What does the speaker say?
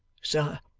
sir